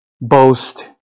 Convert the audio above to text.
boast